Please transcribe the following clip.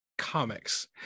comics